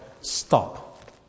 stop